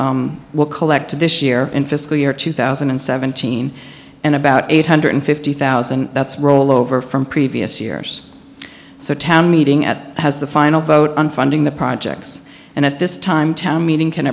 we will collect this year in fiscal year two thousand and seventeen and about eight hundred fifty thousand that's rollover from previous years so town meeting at has the final vote on funding the projects and at this time town meeting can